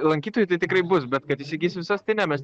lankytojų tai tikrai bus bet kad įsigis visas tai ne mes